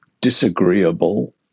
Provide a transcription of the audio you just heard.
disagreeable